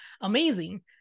amazing